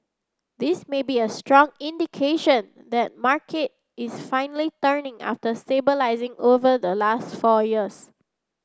this may be a strong indication that the market is finally turning after stabilising over the last four years